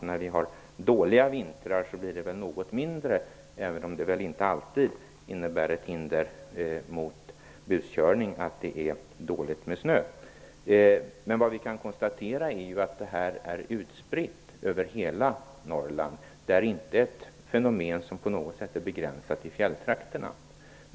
När vi har dåliga vintrar blir det väl något mindre buskörning, även om det inte alltid innebär ett hinder att det är dåligt med snö. Vi kan konstatera att det här är utspritt över hela Norrland. Det är inte ett fenomen som är begränsat till fjälltrakterna.